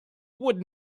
would